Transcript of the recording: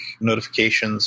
notifications